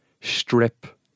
strip